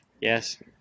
Yes